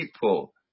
people